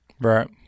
Right